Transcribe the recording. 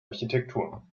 architektur